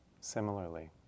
similarly